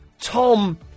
Tom